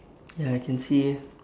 ya I can see eh